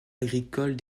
agricoles